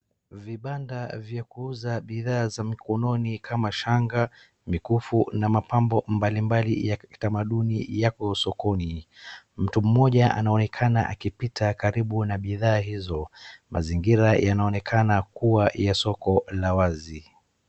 Vibanda vya kuuza bidhaa za mkononi kama shanga, mikufu na mapambo mbalimbali ya kitamanduni yapo sokoni. Mtu mmoja anaonekana akipita karibu na bidhaa hizo. Mazingira yanaonekana kuwa ya soko la wazi.